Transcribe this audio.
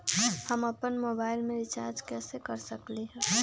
हम अपन मोबाइल में रिचार्ज कैसे कर सकली ह?